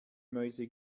mäuse